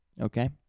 Okay